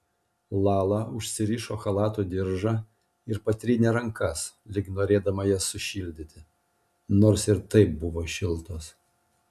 lala užsirišo chalato diržą ir patrynė rankas lyg norėdama jas sušildyti nors ir taip buvo šiltos